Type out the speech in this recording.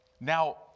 Now